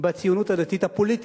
בציונות הדתית הפוליטית.